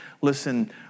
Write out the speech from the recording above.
Listen